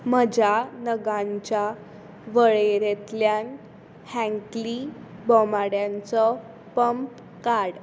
म्हज्या नगांच्या वळेरेंतल्यान हँकली बोमाड्यांचो पंप काड